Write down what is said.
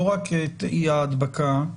לא רק אי הדבקה,